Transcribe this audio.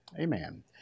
amen